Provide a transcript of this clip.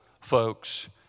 folks